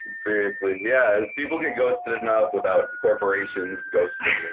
seriously. yeah, people get ghosted enough without corporations ghosting